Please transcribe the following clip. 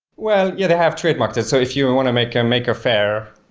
well, yeah. they have trademarked it. so if you and want to make and make affair,